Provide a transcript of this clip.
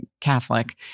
Catholic